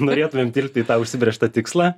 norėtumėm tilpti į tą užsibrėžtą tikslą